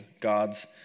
God's